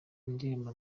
indirimbo